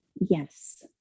Yes